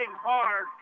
hard